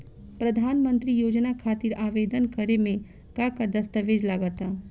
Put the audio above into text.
प्रधानमंत्री योजना खातिर आवेदन करे मे का का दस्तावेजऽ लगा ता?